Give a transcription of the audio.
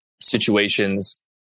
situations